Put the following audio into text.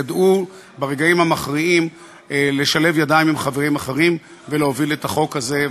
וידעו ברגעים המכריעים לשלב ידיים עם חברים אחרים ולהוביל את החוק הזה.